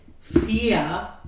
fear